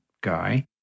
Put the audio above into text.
guy